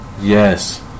Yes